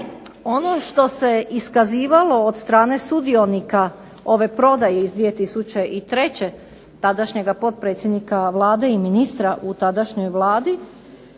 Ono što se iskazivalo od strane sudionika ove prodaje iz 2003. tadašnjega potpredsjednika Vlade i ministra u tadašnjoj Vladi,